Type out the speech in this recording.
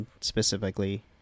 specifically